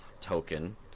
token